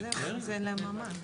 אז איך, אז אין להם מעמד.